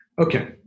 Okay